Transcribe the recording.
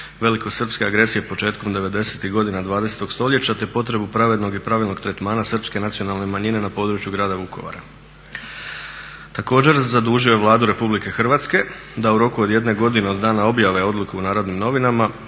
velikosrpske agresije početkom devedesetih godina 20.stoljeća te potrebu pravednog i pravilnog tretmana Srpske nacionalne manjine na području grada Vukovara. Također zadužio je Vladu RH da u roku od jedne godine od dana objave odluke u NN uputi